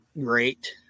great